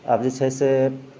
आब जे छै से